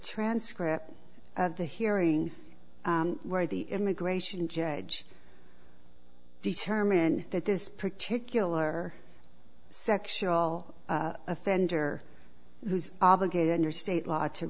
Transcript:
transcript of the hearing where the immigration judge determine that this particular sexual offender who's obligated under state law to